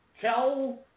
tell